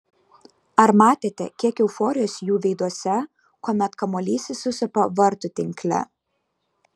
ar matėte kiek euforijos jų veiduose kuomet kamuolys įsisupa vartų tinkle